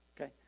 okay